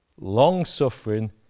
long-suffering